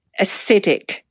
acidic